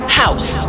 house